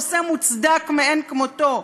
נושא מוצדק מאין כמותו.